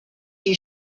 you